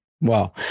wow